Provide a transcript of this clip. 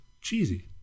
cheesy